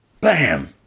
bam